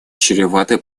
чреваты